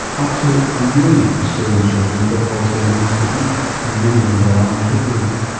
up to a million australian children don't always get enough to eat and many of them rely on food relief.